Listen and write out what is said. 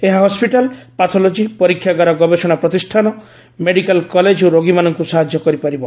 ଏହା hospital pathology ପରୀକ୍ଷାଗାର ଗବେଷଣା ପ୍ରତିଷ୍ଠାନ ମେଡିକାଲ୍ କଲେଜ୍ ଓ ରୋଗୀମାନଙ୍କୁ ସାହାଯ୍ୟ କରିପାରିବ